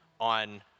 on